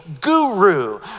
guru